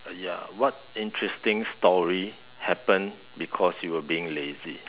uh ya what interesting story happened because you were being lazy